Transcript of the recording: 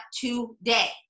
today